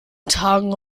tagen